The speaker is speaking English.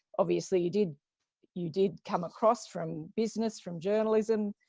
obviously, you did you did come across from business, from journalism,